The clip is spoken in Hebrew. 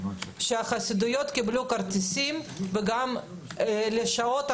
שהחסידויות קיבלו כרטיסים וגם לשעות המועדפות,